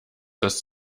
das